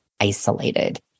isolated